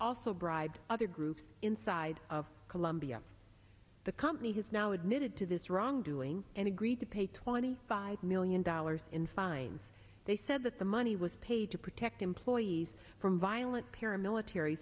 also bribed other groups inside of colombia the company has now admitted to this wrongdoing and agreed to pay twenty five million dollars in fines they said that the money was paid to protect employees from violent paramilitar